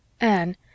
Anne